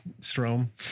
Strom